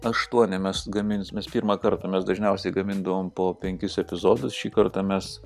aštuoni mes gamins mes pirmą kartą mes dažniausiai gamindavom po penkis epizodus šį kartą mes